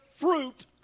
fruit